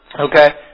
okay